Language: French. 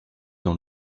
dans